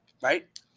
Right